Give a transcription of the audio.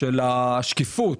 של השקיפות,